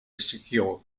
exigió